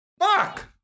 Fuck